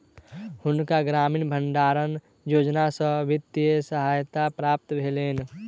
हुनका ग्रामीण भण्डारण योजना सॅ वित्तीय सहायता प्राप्त भेलैन